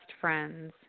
friends